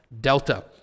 Delta